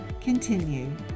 continue